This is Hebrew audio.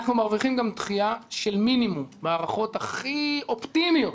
אנחנו מרוויחים גם דחייה של מינימום בהערכות הכי אופטימיות